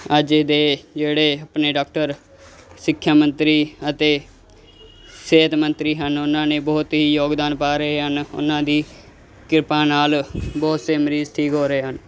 ਅੱਜ ਦੇ ਜਿਹੜੇ ਆਪਣੇ ਡਾਕਟਰ ਸਿੱਖਿਆ ਮੰਤਰੀ ਅਤੇ ਸਿਹਤ ਮੰਤਰੀ ਹਨ ਉਹਨਾਂ ਨੇ ਬਹੁਤ ਹੀ ਯੋਗਦਾਨ ਪਾ ਰਹੇ ਹਨ ਉਹਨਾਂ ਦੀ ਕਿਰਪਾ ਨਾਲ ਬਹੁਤ ਸੇ ਮਰੀਜ਼ ਠੀਕ ਹੋ ਰਹੇ ਹਨ